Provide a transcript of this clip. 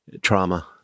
trauma